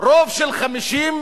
רוב של 55%,